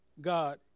God